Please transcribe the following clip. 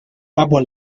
abu